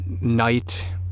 night